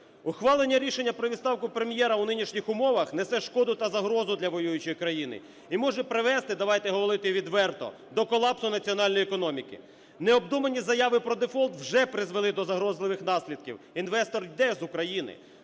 Ухвалення рішення про відставку Прем'єра у нинішніх умовах несе шкоду та загрозу для воюючої країни і може привести, давайте говорити відверто, до колапсу національної економіки. Необдумані заяви про дефолт вже призвели до загрозливих наслідків – інвестор йде з України.